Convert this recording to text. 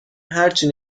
هرچی